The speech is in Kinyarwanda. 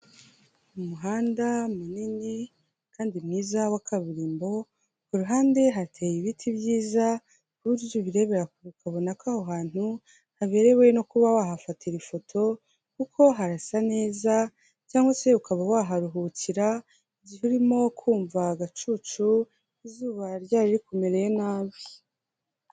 Ni umuhanda munini kandi mwiza wa kaburimbo kuruhande hateye ibiti byiza ku buryo ubirebera kure ukabona ko aho hantu haberewe no kuba wahafatira ifoto kuko harasa neza, cyangwa se ukaba waharuhukira igihe urimo kumva agacucu izuba ryari rikumereye nabi.